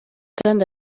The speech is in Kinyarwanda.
kandi